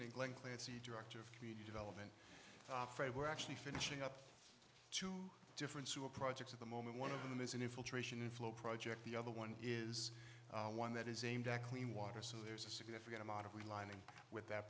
evening glenn clancy director of community development fred we're actually finishing up two different sewer projects at the moment one of them is an infiltration and flow project the other one is one that is aimed at clean water so there's a significant amount of realigning with that